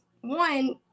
one